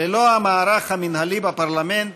ללא המערך המינהלי בפרלמנט